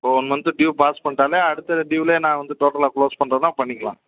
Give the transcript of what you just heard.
இப்போ one month due pass பண்ணிட்டாலே அடுத்த டியூவிலே நான் வந்து டோட்டலாக க்ளோஸ் பண்ணுறதுன்னா பண்ணிக்கலாம்